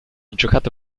giocato